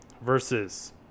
versus